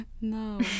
No